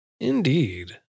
indeed